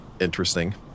interesting